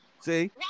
See